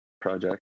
project